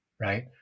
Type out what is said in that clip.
right